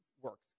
works